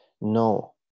No